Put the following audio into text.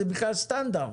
זה בכלל בסטנדרט.